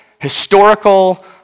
historical